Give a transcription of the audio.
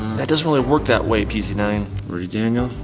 that doesn't really work that way, p z nine. ready daniel?